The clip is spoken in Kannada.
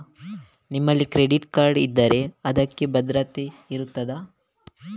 ನಮ್ಮಲ್ಲಿ ಕ್ರೆಡಿಟ್ ಕಾರ್ಡ್ ಇದ್ದರೆ ಅದಕ್ಕೆ ಭದ್ರತೆ ಇರುತ್ತದಾ?